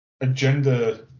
agenda